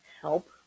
help